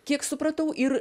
kiek supratau ir